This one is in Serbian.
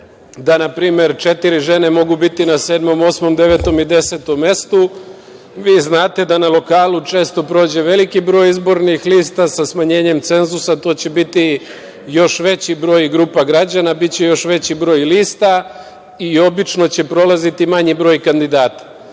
da na primere četiri žene mogu biti na sedmom, osmom, devetom i desetom mestu. Vi znate da na lokalu često prođe veliki broj izbornih lista. Sa smanjenjem cenzusa to će biti još veći broj, grupa građana, lista i obično će prolaziti manji broj kandidata.